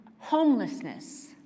homelessness